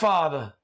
Father